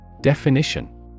Definition